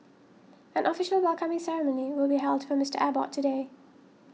an official welcoming ceremony will be held for Mister Abbott today